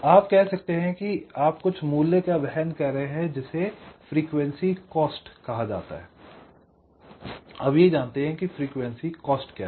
आप कह सकते हैं कि आप कुछ मूल्य का वहन कर रहे हैं जिसे फ्रीक्वेंसी कॉस्ट कहा जाता है अब ये जानते हैं की फ्रीक्वेंसी कॉस्ट क्या है